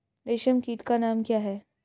रेशम कीट का नाम क्या है?